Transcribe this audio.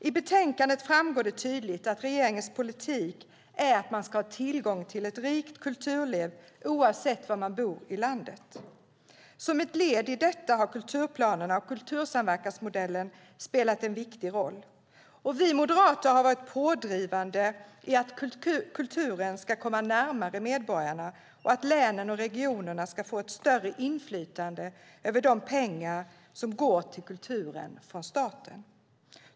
I betänkande framgår det tydligt att regeringens politik är att man ska ha tillgång till ett rikt kulturliv oavsett var man bor i landet. Som ett led i detta har kulturplanerna och kultursamverkansmodellen spelat en viktig roll. Vi moderater har varit pådrivande i att kulturen ska komma närmare medborgarna och att länen och regionerna ska få ett större inflytande över de pengar som går till kulturen från staten.